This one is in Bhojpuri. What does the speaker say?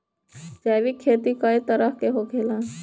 जैविक खेती कए तरह के होखेला?